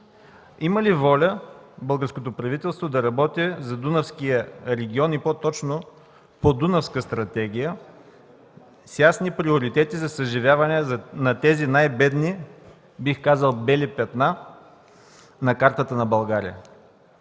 има ли воля българското правителство да работи за Дунавския регион, и по-точно по Дунавска стратегия с ясни приоритети за съживяване на тези най-бедни, бих казал, бели петна на картата на България?